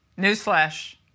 newsflash